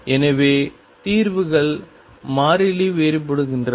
எனவே தீர்வுகள் மாறிலி வேறுபடுகின்றன